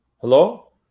Hello